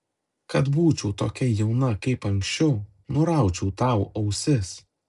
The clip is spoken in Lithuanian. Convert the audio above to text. kad būčiau tokia jauna kaip anksčiau nuraučiau tau ausis